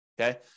okay